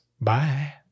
Bye